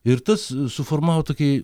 ir tas suformavo tokį